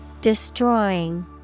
Destroying